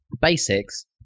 basics